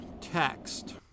text